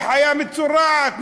לחיה מצורעת.